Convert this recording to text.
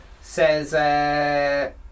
says